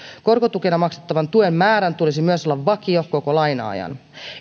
korkotukena maksettavan tuen määrän tulisi myös olla vakio koko laina ajan